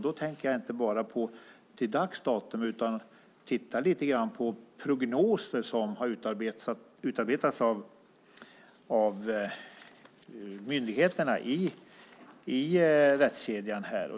Då tänker jag inte bara på till dags dato utan på prognoser som har utarbetats av myndigheterna i rättskedjan.